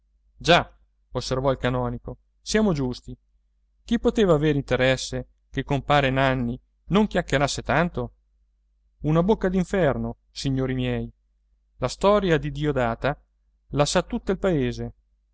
già osservò il canonico siamo giusti chi poteva avere interesse che compare nanni non chiacchierasse tanto una bocca d'inferno signori miei la storia di diodata la sa tutto il paese